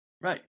right